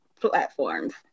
platforms